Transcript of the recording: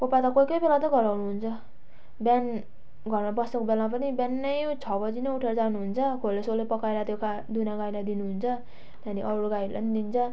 Copa त कोही कोही बेला त घर आउनु हुन्छ बिहान घरमा बसेको बेलामा पनि बिहानै छ बजी नै उठेर जानु हुन्छ खोले सोले पकाएर त्यो गा दुहुना गाईलाई दिनु हुन्छ त्यहाँ पनि अर्को गाईलाई दिन्छ